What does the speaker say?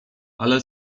ale